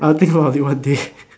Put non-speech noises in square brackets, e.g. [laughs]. I will think about it one day [laughs]